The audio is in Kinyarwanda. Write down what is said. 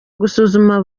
gusuzuma